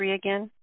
again